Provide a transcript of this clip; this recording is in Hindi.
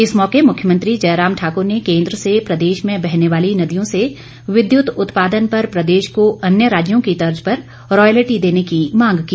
इस मौके मुख्यमंत्री जयराम ठाकुर ने केंद्र से प्रदेश में बहने वाली नदियों से विद्युत उत्पादन पर प्रदेश को अन्य राज्यों की तर्ज पर रॉयलटी देने की मांग की